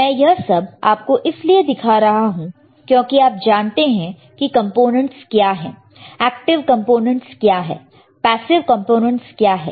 मैं यह सब आपको इसलिए दिखा रहा हूं क्योंकि आप जानते हैं की कंपोनेंट्स क्या है एक्टिव कॉम्पोनेंट्स क्या है पैसिव कॉम्पोनेंट्स क्या है